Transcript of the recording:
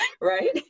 right